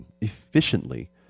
Efficiently